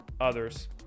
others